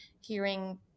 hearing